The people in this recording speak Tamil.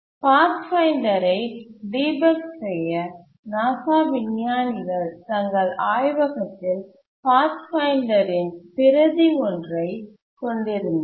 பாத்ஃபைண்டரை டிபக் செய்ய நாசா விஞ்ஞானிகள் தங்கள் ஆய்வகத்தில் பாத்ஃபைண்டரின் பிரதி ஒன்றைக் கொண்டிருந்தனர்